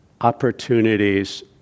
opportunities